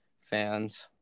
fans